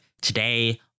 today